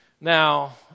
Now